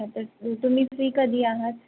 असंच तुम्ही फ्री कधी आहात